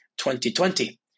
2020